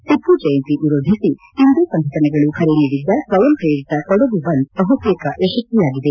ಟಿಪ್ಪುಜಯಂತಿ ವಿರೋಧಿಸಿ ಹಿಂದೂ ಸಂಘಟನೆಗಳು ಕರೆ ನೀಡಿದ್ದ ಸ್ವಯಂ ಶ್ರೇರಿತ ಕೊಡಗು ಬಂದ್ ಬಹುತೇಕ ಯಶಸ್ವಿಯಾಗಿದೆ